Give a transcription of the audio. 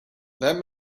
that